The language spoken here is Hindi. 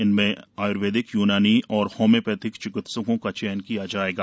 इनमें आय्र्वेदिक यूनानी और होम्योपेथिक चिकित्सकों का चयन किया जाएगा